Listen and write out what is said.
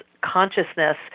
consciousness